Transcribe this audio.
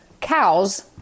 cows